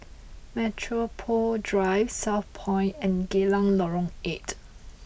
Metropole Drive Southpoint and Geylang Lorong eight